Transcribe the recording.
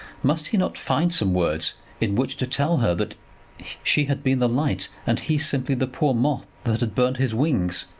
must he not find some words in which to tell her that she had been the light, and he simply the poor moth that had burned his wings?